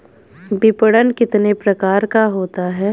विपणन कितने प्रकार का होता है?